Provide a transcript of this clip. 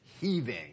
heaving